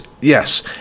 yes